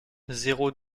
zéro